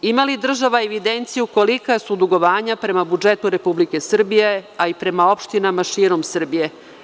Ima li država evidenciju kolika su dugovanja prema budžetu Republike Srbije, a i prema opštinama širom Srbije?